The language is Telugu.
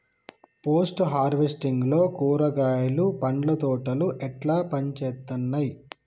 పోస్ట్ హార్వెస్టింగ్ లో కూరగాయలు పండ్ల తోటలు ఎట్లా పనిచేత్తనయ్?